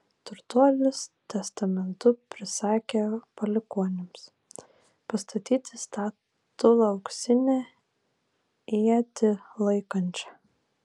turtuolis testamentu prisakė palikuonims pastatyti statulą auksinę ietį laikančią